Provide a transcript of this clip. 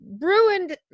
ruined